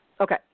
Okay